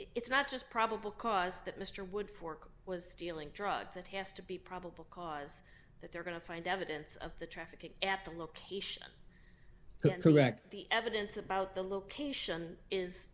it's not just probable cause that mr wood fork was dealing drugs it has to be probable cause that they're going to find evidence of the traffic at the location correct the evidence about the location is